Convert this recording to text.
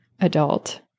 adult